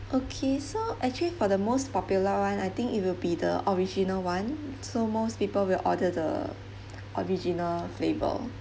okay so actually for the most popular one I think it will be the original one so most people will order the original flavour